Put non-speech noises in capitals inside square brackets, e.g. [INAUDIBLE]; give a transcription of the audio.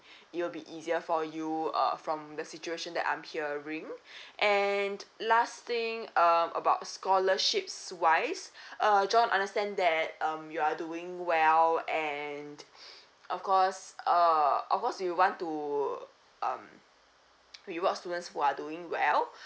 it will be easier for you uh from the situation that I'm hearing and last thing um about scholarships wise uh john understand that um you are doing well and of course uh of course we want to um [NOISE] we want students who are doing well